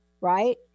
right